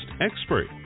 expert